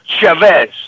Chavez